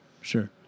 sure